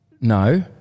no